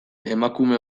emakume